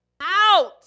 out